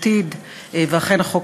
ביישובים דרוזיים, וכן הלאה,